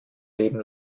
leben